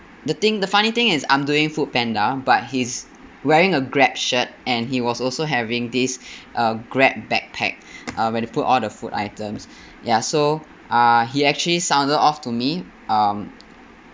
the thing the funny thing is I'm doing foodpanda but he's wearing a Grab shirt and he was also having this uh Grab backpack uh where to put all the food items ya so uh he actually sounded off to me um